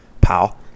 pal